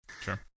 Sure